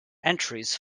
entries